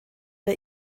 der